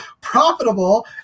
profitable